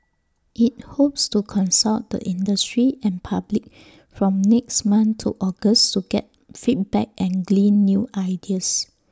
IT hopes to consult the industry and public from next month to August to get feedback and glean new ideas